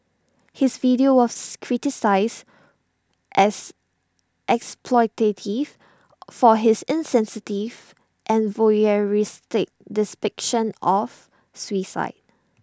his video was criticised as exploitative for his insensitive and voyeuristic of suicide